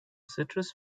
citrus